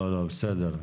בסדר.